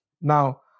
Now